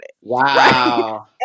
Wow